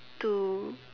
to